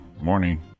morning